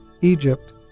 Egypt